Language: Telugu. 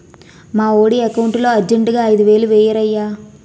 మావోడి ఎకౌంటులో అర్జెంటుగా ఐదువేలు వేయిరయ్య